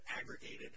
aggregated